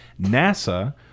NASA